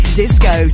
disco